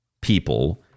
people